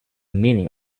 meaning